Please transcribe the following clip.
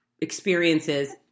experiences